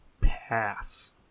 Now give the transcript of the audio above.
Pass